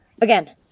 Again